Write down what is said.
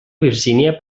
virgínia